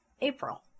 April